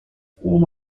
form